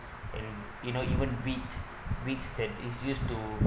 and you know even wheats wheats that is use to